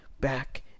back